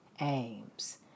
Aims